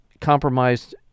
compromised